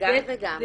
זה וגם.